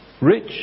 rich